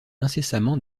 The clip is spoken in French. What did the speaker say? incessamment